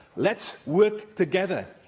let's work together,